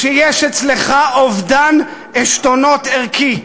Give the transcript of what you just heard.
שיש אצלך אובדן עשתונות ערכי,